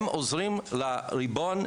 הם עוזרים לריבון,